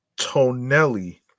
Tonelli